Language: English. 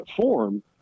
form